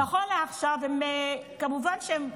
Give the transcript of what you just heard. נכון לעכשיו, כמובן שהם,